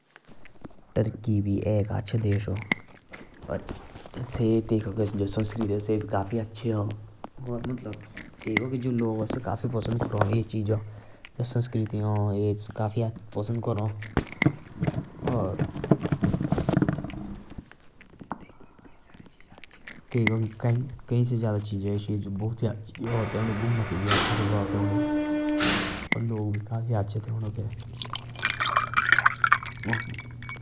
टुके भी एक काफी अच्छा देश आ। तैक के जो संस्कृति आ से भी काफी अच्छा आ। तैक के लोग काफी पसंद करा ए चिगा। तैक काफी अच्छा चेज़ा आ।